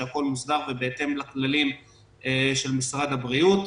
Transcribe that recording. הכול מוסדר ובהתאם לכללים של משרד הבריאות.